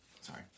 Sorry